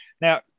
Now